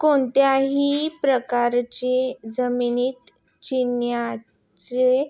कोणत्याही प्रकारच्या जमिनीत चण्याची